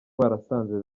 barasanze